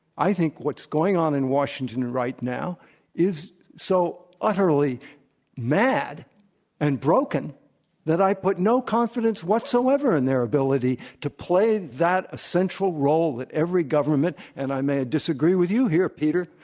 think what's going on in washington right now is so utterly mad and broken that i put no confidence whatsoever in their ability to play that central role that every government, and i may disagree with you here, peter,